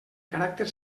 caràcter